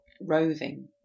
Roving